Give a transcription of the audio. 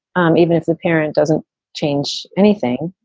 um even if the parent doesn't change anything.